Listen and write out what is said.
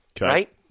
Right